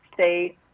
state